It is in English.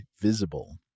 Visible